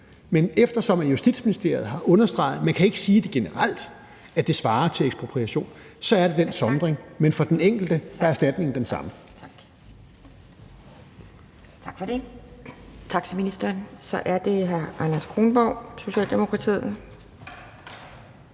Men eftersom Justitsministeriet har understreget, at man ikke kan sige generelt, at det svarer til ekspropriation, så er der den sondring, men for den enkelte er erstatningen den samme.